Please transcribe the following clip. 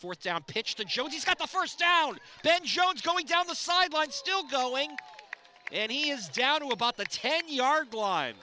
fourth down pitch to joe he's got a first down then jones going down the sideline still going and he is down to about the ten yard lin